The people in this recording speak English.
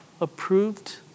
approved